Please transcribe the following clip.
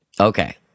Okay